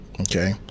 okay